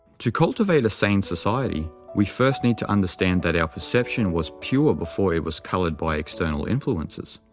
to cultivate a sane society, we first need to understand that our perception was pure before it was colored by external influences.